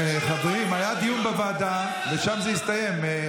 חברים, היה דיון בוועדה, ושם זה הסתיים.